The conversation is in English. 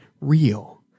real